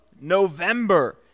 November